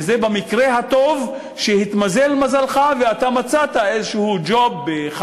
וזה במקרה הטוב שהתמזל מזלך ומצאת ג'וב כלשהו